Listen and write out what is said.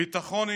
ביטחון אישי.